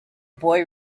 boy